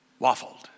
waffled